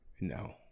No